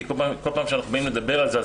כי כל פעם שאנחנו באים לדבר על זה,